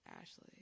Ashley